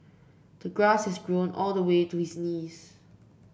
the grass has grown all the way to his knees